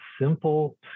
simple